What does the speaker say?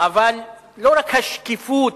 אבל לא רק השקיפות